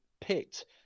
picked